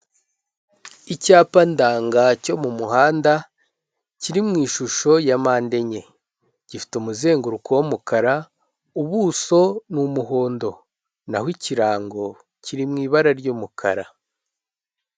Icyapa ndanga cyo mu muhanda, kiri mu ishusho ya mpande enye, gifite umuzenguruko w'umukara, ubuso n'umuhondo. Naho ikirango kiri mu ibara ry'umukara.